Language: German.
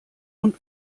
und